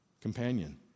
companion